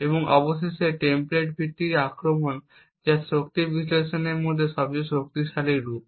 এবং অবশেষে টেমপ্লেট ভিত্তিক আক্রমণ যা শক্তি বিশ্লেষণের সবচেয়ে শক্তিশালী রূপ